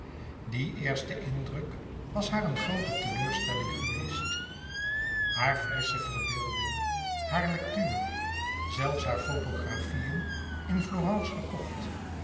die eerste indruk was haar een groote teleurstelling geweest hare frissche verbeelding hare lectuur zelfs hare fotografieën in florence gekocht